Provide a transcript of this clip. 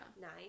Nine